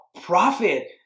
profit